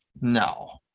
No